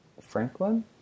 Franklin